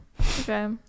okay